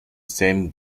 same